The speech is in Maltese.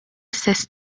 istess